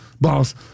boss